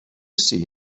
see